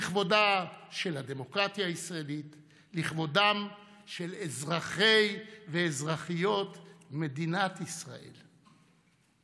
לכבודה של הדמוקרטיה הישראלית ולכבודם של אזרחי ואזרחיות מדינת ישראל.